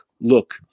look